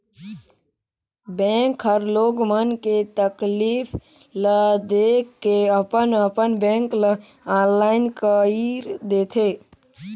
bank हर लोग मन के तकलीफ ल देख के अपन अपन बेंक ल आनलाईन कइर देथे